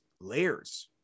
layers